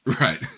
Right